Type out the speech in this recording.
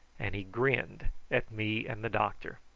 and he grinned at me and the doctor.